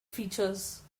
features